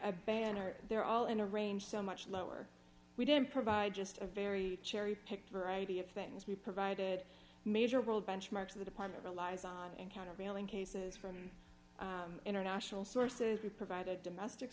a ban or they're all in a range so much lower we didn't provide just a very cherry pick variety of things we provided major world benchmarks for the department relies on in countervailing cases from international sources we provided domestic